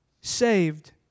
saved